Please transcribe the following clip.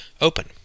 open